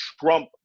Trump